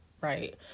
right